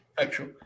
Actual